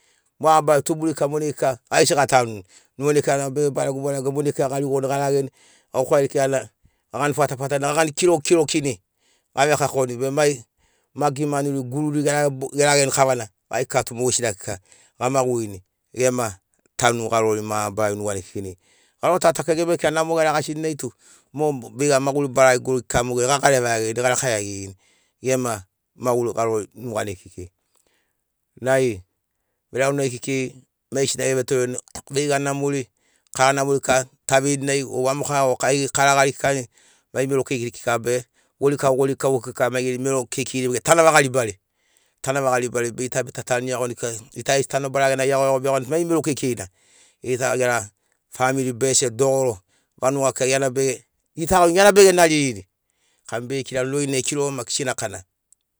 Mabarari tuburi kika monai kika gai gesi gatanuni monai kika bege barego barego monai kika garigoni garageni gagani fatafatani gagani kirokikirokini gave kakoni be mai manuri gururi gerageni kavana be gai kika to mogesina kika gamagurini gema tanu garori mabarari nuganai kekeina. Garo ta ta kika gemai kika noma eragagasini nai tum o veiga maguri baregori kika gagareva iagirini garaka iagirini gema maguri garori nuganai kekei nai veraunagi kekei maigesina evetoreni veiga namori kara namori kika taveirini o vamoko o mai mero keiri kika be gorikau gorikau kika ma geri mero kekeiri tagana vagaribari tagana vagaribari be gita bita tanu iagoni kika gita aigesi tanobara gena iago iago be iagoni nai mero kekeirina gita gera family bese dogoro vanuga kika bege gita gaurini iana bege naririni kam bege kirani rorinai kiroma maki sinakana